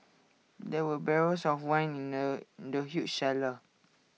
there were barrels of wine in the in the huge cellar